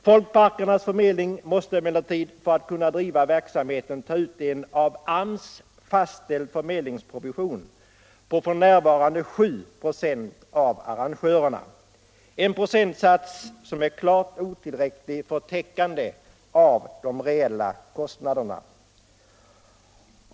Folkparkernas förmedling måste emellertid för att kunna driva verksamheten av arrangörerna ta ut en av AMS fastställd förmedlingsprovision på f.n. 7 26, en procentsats som är klart otillräcklig för täckande av de reella kostnaderna.